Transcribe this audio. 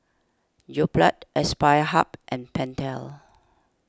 Yoplait Aspire Hub and Pentel